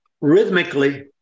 rhythmically